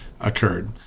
occurred